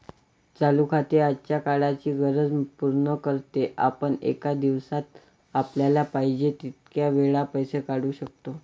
चालू खाते आजच्या काळाची गरज पूर्ण करते, आपण एका दिवसात आपल्याला पाहिजे तितक्या वेळा पैसे काढू शकतो